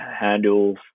handles